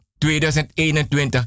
2021